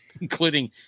including